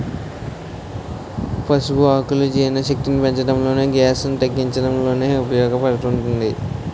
పసుపు ఆకులు జీర్ణశక్తిని పెంచడంలోను, గ్యాస్ ను తగ్గించడంలోనూ ఉపయోగ పడుతుంది